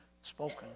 spoken